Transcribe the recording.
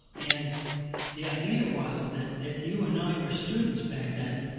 and the idea was that if you and i were students back then,